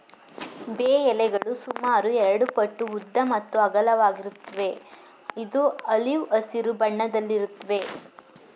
ಬೇ ಎಲೆಗಳು ಸುಮಾರು ಎರಡುಪಟ್ಟು ಉದ್ದ ಮತ್ತು ಅಗಲವಾಗಿರುತ್ವೆ ಇದು ಆಲಿವ್ ಹಸಿರು ಬಣ್ಣದಲ್ಲಿರುತ್ವೆ